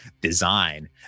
design